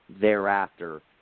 thereafter